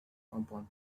compound